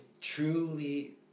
truly